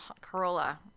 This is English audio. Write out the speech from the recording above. Corolla